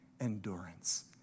endurance